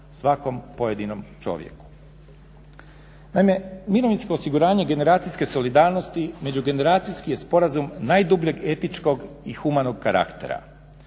svakom pojedinom čovjeku. Naime, mirovinsko osiguranje generacijske solidarnosti međugeneracijski je sporazum najdubljeg etičkog i humanog karaktera.